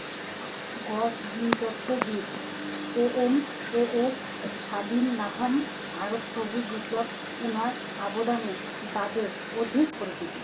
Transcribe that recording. গছ জিনতত্ত্ববিদ M S Swaminathan ভারতত সবুজ বিপ্লবত উনার অবদানের বাদে অধিক পরিচিত